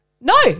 No